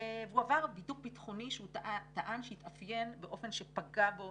והוא עבר בידוק ביטחוני והוא טען שהוא התאפיין באופן שפגע בו,